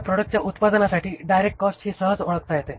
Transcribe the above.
आपल्या प्रॉडक्टच्या उत्पादनासाठी ड्रायरेक्ट कॉस्ट ही सहज ओळखता येते